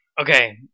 Okay